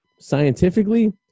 scientifically